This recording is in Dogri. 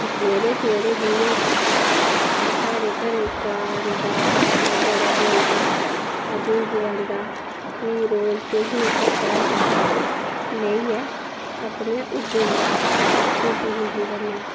सवेरे सवेरे जि'यां साढ़े घरै गी कां औंदा ओह् बड़ा बोलदा असेंगी जगांदा फ्ही रोज किश ना किश साढ़े कोला कच्छा लेइयै अपने घरै गी जंदा खुशी खुशी कन्नै